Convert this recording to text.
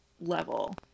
level